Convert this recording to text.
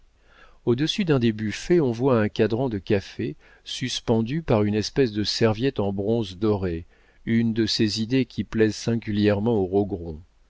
au-dessus d'un des buffets on voit un cadran de café suspendu par une espèce de serviette en bronze doré une de ces idées qui plaisent singulièrement aux